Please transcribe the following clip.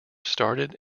started